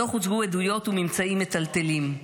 בדוח הוצגו עדויות וממצאים מטלטלים,